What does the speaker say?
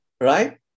right